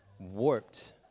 warped